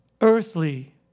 earthly